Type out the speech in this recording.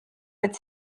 its